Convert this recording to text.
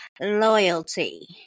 loyalty